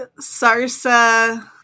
Sarsa